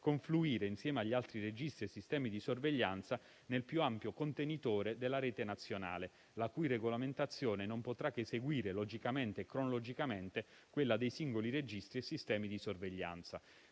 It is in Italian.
confluire, insieme agli altri registri e sistemi di sorveglianza, nel più ampio contenitore della Rete nazionale, la cui regolamentazione non potrà che seguire logicamente e cronologicamente quella dei singoli registri e sistemi di sorveglianza.